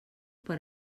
per